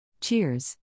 Cheers